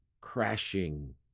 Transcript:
crashing